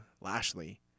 Lashley